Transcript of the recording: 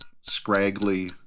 scraggly